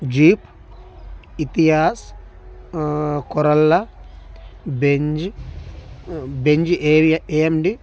jeep Etios Corolla Benz Benz ఎఎఎండి